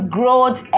growth